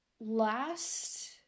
last